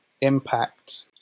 impact